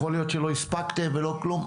יכול להיות שלא הספקתם ולא כלום,